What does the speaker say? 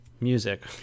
Music